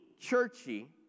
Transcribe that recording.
churchy